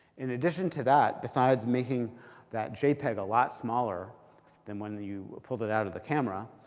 in addition to that, besides making that jpeg a lot smaller than when you pulled it out of the camera,